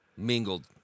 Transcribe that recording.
Mingled